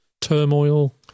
turmoil